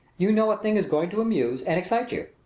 you know a thing is going to amuse and excite you.